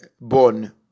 born